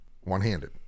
one-handed